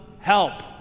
help